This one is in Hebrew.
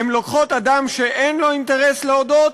הן לוקחות אדם שאין לו אינטרס להודות,